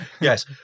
Yes